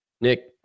Nick